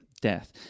death